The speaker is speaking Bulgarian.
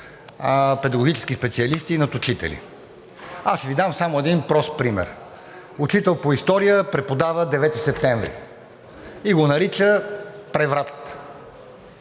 педагогически специалисти и над учители. Ще Ви дам само един прост пример. Учител по история преподава 9 септември и го нарича преврат.